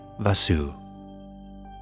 Vasu